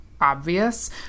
obvious